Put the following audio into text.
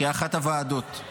כאחת הוועדות.